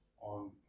on